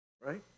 right